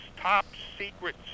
top-secret